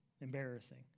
Embarrassing